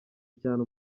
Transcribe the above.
cyane